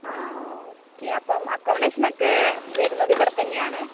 ആ ഓക്കെ അപ്പം അക്കൊമൊഡേഷനൊക്കെ വരുന്നത് ഇവിടെത്തന്നെയാണ്